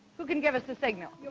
who can give us the signal?